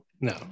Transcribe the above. no